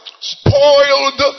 spoiled